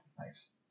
Nice